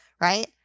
right